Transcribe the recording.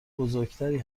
بزرگتری